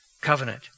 covenant